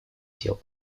делу